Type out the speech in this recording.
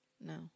No